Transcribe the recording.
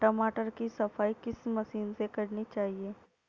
टमाटर की सफाई किस मशीन से करनी चाहिए?